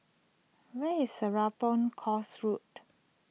where is Serapong Course Road